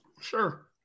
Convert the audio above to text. Sure